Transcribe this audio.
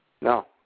No